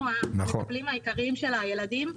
אנחנו המטפלים העיקריים של הילדים.